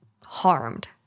harmed